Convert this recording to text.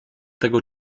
tego